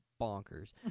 bonkers